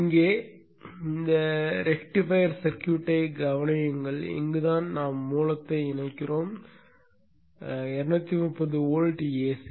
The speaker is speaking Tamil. இங்கே இந்த ரெக்டிஃபையர் சர்க்யூட்டைக் கவனியுங்கள் இங்குதான் நாம் மூலத்தை இணைக்கிறோம் 230 வோல்ட் ஏசி